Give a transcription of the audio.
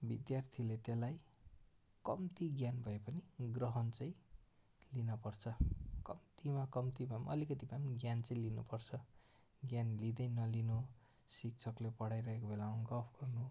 विद्यार्थीले त्यसलाई कम्ती ज्ञान भए पनि ग्रहण चाहिँ लिनुपर्छ कम्तीमा कम्तीमा पनि अलिकति भए पनि ज्ञान चाहिँ लिनुपर्छ ज्ञान लिँदै नलिनु शिक्षक पढाइरहेको बेलामा गफ गर्नु